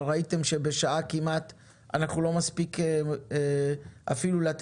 בדיון שנעשה